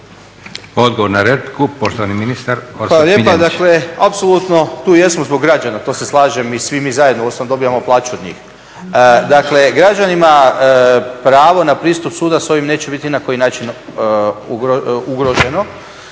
Odgovor na repliku, poštovani ministar Orsat Miljenić.